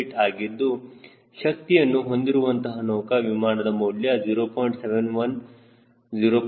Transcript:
48 ಆಗಿದ್ದು ಶಕ್ತಿಯನ್ನು ಹೊಂದಿರುವಂತಹ ನೌಕಾ ವಿಮಾನದ ಮೌಲ್ಯ 0